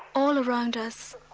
all around us,